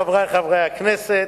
חברי חברי הכנסת,